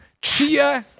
Chia